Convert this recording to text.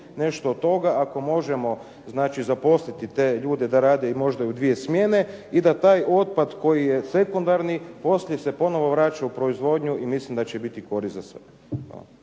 nešto od toga ako možemo znači zaposliti te ljude da rade možda i u dvije smjene i da taj otpad koji je sekundarni poslije se ponovo vraća u proizvodnju i mislim da će biti korist za sve.